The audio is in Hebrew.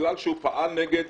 בגלל שהוא פעל נגד